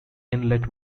inlet